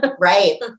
Right